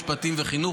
משפטים וחינוך.